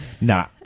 Nah